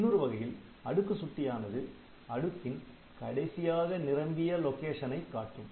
இன்னொரு வகையில் அடுக்கு சுட்டியானது அடுக்கின் கடைசியாக நிரம்பிய லொகேஷன் ஐ காட்டும்